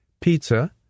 pizza